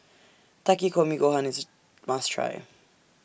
Takikomi Gohan IS A must Try